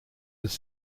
des